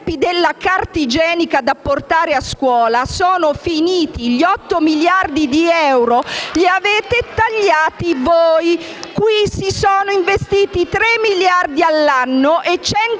I tempi della carta igienica da portare a scuola sono finiti. Gli 8 miliardi di euro li avete tagliati voi: qui si sono investiti 3 miliardi all'anno e 126 milioni di euro